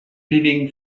peeling